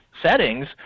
settings